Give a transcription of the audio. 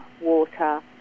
water